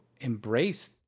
embrace